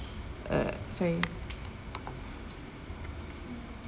uh sorry